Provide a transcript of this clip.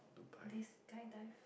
they skydive